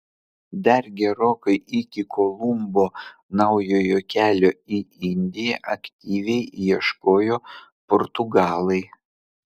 dar gerokai iki kolumbo naujojo kelio į indiją aktyviai ieškojo portugalai